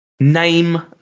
Name